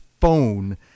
phone